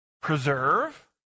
Preserve